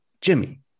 jimmy